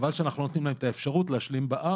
חבל שאנחנו לא נותנים להם את האפשרות להשלים בארץ,